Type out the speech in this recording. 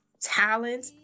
talent